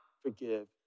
forgive